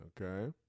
Okay